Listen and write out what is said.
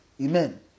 Amen